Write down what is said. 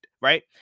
right